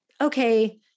okay